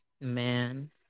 Man